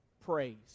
praise